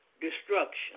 Destruction